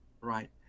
Right